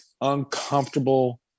uncomfortable